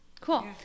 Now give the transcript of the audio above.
Cool